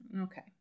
Okay